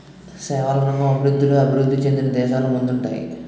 సేవల రంగం అభివృద్ధిలో అభివృద్ధి చెందిన దేశాలు ముందుంటాయి